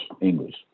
English